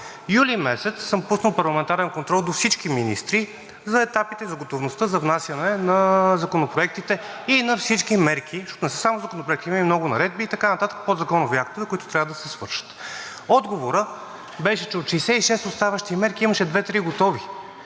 Юли месец съм пуснал парламентарен контрол до всички министри за етапите, за готовността за внасяне на законопроектите и на всички мерки, защото не са само законопроектите, има и много наредби, и така нататък, подзаконови актове, които трябва да се свършат. Отговорът беше, че от 66 оставащи мерки имаше 2 – 3 готови.